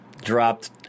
dropped